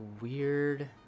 weird